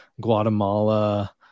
guatemala